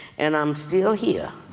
and i'm still here.